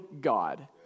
God